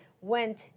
went